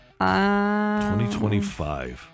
2025